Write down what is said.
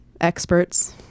experts